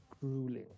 grueling